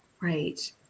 Right